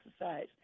exercise